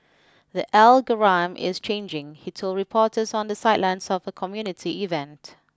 the algorithm is changing he told reporters on the sidelines of a community event